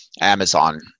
Amazon